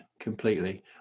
completely